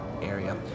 area